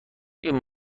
این